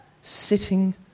sitting